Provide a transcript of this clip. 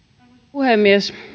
puhemies